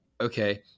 okay